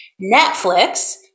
Netflix